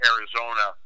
Arizona